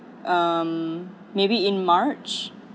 um maybe in march